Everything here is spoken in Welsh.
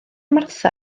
martha